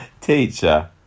Teacher